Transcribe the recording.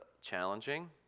challenging